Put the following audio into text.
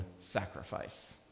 sacrifice